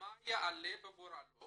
מה יעלה בגורלן